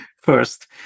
first